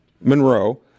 Monroe